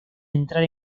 entrar